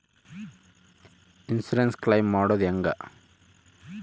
Insurance claim ಮಾಡೋದು ಹೆಂಗ?